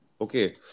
Okay